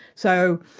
so,